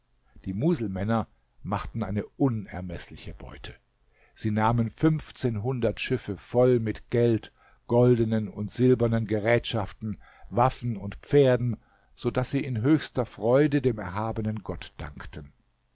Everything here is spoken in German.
die muselmänner machten eine unermeßliche beute sie nahmen fünfzehnhundert schiffe voll mit geld goldenen und silbernen gerätschaften waffen und pferden so daß sie in höchster freude dem erhabenen gott dankten